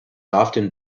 often